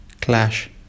clash